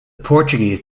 portuguese